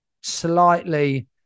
slightly